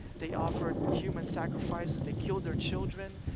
they offered human sacrifices, they killed their children,